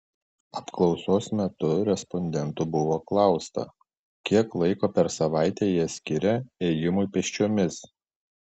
apklausos metu respondentų buvo klausta kiek laiko per savaitę jie skiria ėjimui pėsčiomis